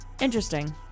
Interesting